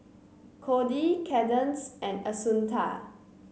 Kody Cadence and Assunta